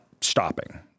stopping